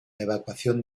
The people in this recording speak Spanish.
evacuación